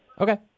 Okay